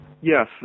Yes